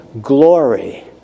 glory